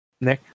Nick